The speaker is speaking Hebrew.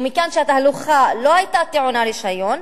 ומכאן שהתהלוכה לא היתה טעונה רשיון,